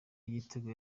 igitego